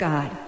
God